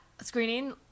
screening